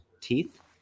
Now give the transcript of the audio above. teeth